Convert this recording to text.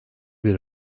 bir